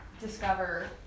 discover